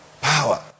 power